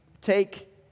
take